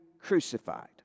crucified